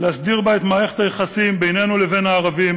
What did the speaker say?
ולהסדיר בה את מערכות היחסים בינינו לבין הערבים.